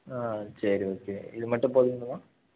ஆ சரி ஓகே இது மட்டும் போதுங்களாமா